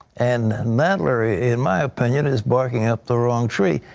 and nadler, in my opinion, is barking up the wrong tree.